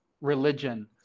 religion